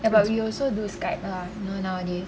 but we also do skype lah you know nowadays